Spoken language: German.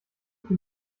für